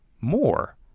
more